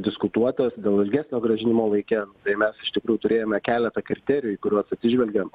diskutuotas dėl ilgesnio grąžinimo laike tai mes iš tikrųjų turėjome keletą kriterijų į kuriuos atsižvelgėm